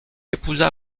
épousa